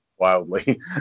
wildly